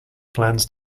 plans